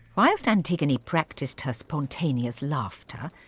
whilst antigone practiced her spontaneous laughter,